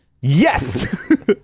Yes